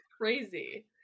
crazy